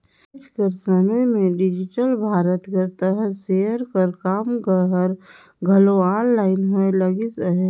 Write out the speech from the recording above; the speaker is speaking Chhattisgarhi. आएज कर समे में डिजिटल भारत कर तहत सेयर कर काम हर घलो आनलाईन होए लगिस अहे